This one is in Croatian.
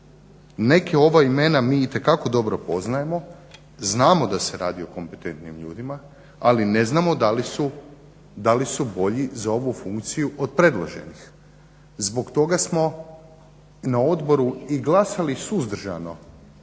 Neka ova imena mi itekako dobro poznajmo, znamo da se radi o kompetentnim ljudima ali ne znamo da li su bolji za ovu funkciju od predloženih. Zbog toga smo na odboru i glasali suzdržano